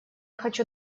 хочу